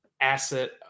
asset